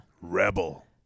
Rebel